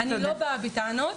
אני לא באה בטענות.